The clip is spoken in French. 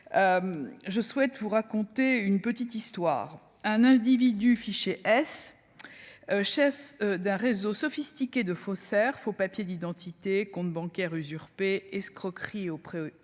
je souhaite vous raconter une petite histoire, un individu fiché S, chef d'un réseau sophistiqué de faussaires. Faux papiers d'identité, comptes bancaires usurpées escroqueries auprès